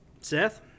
Seth